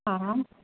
हा हा